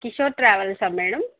Kishore travel ఆ madam